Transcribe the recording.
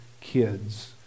kids